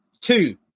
two